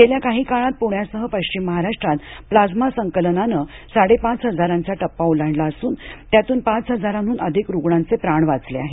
गेल्या काही काळात पुण्यासह पश्चिम महाराष्ट्रात प्लाझ्मा संकलनानं साडेपाच हजारांचा टप्पा ओलांडला असून त्यातून पाच हजारांहून अधिक रुग्णांचे प्राण वाचले आहेत